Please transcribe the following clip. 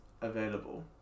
available